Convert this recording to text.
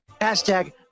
Hashtag